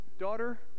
Daughter